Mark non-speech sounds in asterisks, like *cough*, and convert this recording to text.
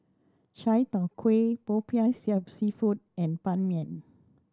chai tow kway popiah *unintelligible* seafood and Ban Mian